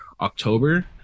October